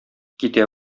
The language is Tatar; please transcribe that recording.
китә